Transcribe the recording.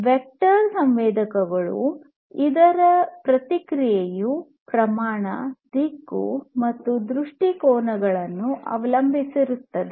vector ಸಂವೇದಕಗಳು ಇದರ ಪ್ರತಿಕ್ರಿಯೆಯು ಪ್ರಮಾಣ ದಿಕ್ಕು ಮತ್ತು ದೃಷ್ಟಿಕೋನಗಳನ್ನು ಅವಲಂಬಿಸಿರುತ್ತದೆ